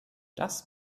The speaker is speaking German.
das